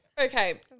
Okay